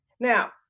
Now